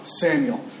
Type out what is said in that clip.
Samuel